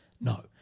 No